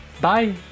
Bye